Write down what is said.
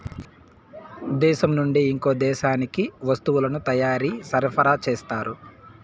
దేశం నుండి ఇంకో దేశానికి వస్తువుల తయారీ సరఫరా చేస్తారు